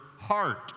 heart